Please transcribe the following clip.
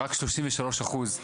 רק 33 אחוז,